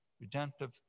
redemptive